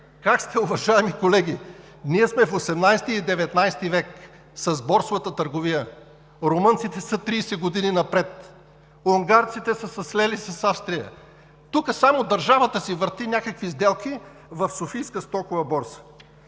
как сте, уважаеми колеги!? Ние сме в XVIII и в XIX век с борсовата търговия. Румънците са 30 години напред. Унгарците са се слели с Австрия. Тук само държавата си върти някакви сделки в Софийската стокова борса.